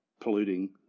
polluting